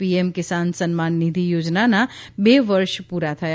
PM Kisan Samman Nidhi યોજનાના બે વર્ષ પૂરા થયા